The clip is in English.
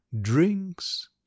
drinks